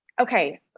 Okay